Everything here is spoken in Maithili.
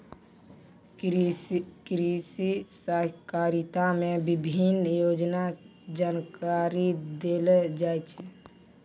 कृषि सहकारिता मे विभिन्न योजना रो जानकारी देलो जाय छै